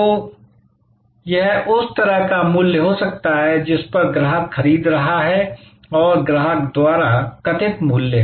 तो यह उस तरह का मूल्य हो सकता है जिस पर ग्राहक खरीद रहा है और ग्राहक द्वारा कथित मूल्य है